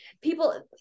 people